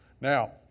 Now